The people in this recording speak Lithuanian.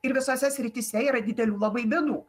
ir visose srityse yra didelių labai bėdų